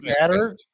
matter